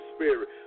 Spirit